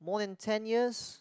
more than ten years